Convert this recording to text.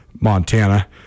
Montana